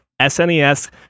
SNES